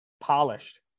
polished